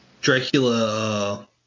Dracula